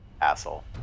Asshole